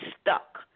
stuck